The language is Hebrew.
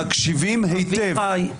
מקשיבים היטב.